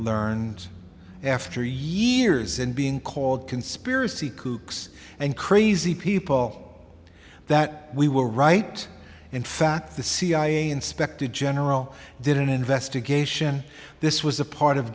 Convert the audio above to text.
learned after years and being called conspiracy kooks and crazy people that we were right in fact the cia inspector general did an investigation this was a part of